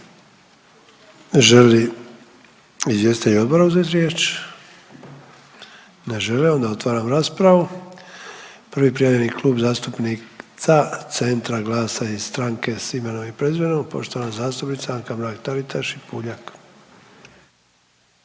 li izvjestitelj odbora uzeti riječ? Ne žele. Onda otvaram raspravu i prvi prijavljeni Klub, zastupnica Centra, GLAS-a i Stranke s imenom i prezimenom, poštovana zastupnica Anka Mrak-Taritaš i Puljak.